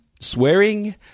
swearing